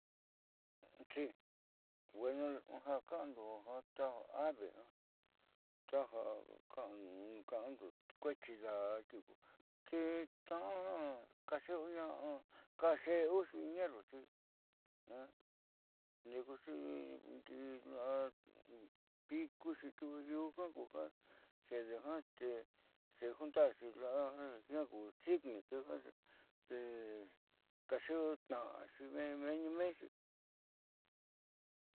Ja ka'ando ta ja ave nja taaja ka'ando kuee xidaa tiuku xitna'a ja kaxe'euña'a kaxe'euxi ñerruxi ndiukuxi ndi'i la'a pikuxi tiuku nyunka ku ja xede jiaa te xejuntarxi xi ñjida ku chiclexi ja kaxe'eutna'axi meni menxi.